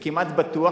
וכמעט בטוח,